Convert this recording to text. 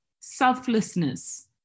selflessness